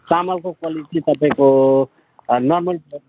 चामलको क्वालिटी तपाईँको नर्मल